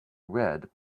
read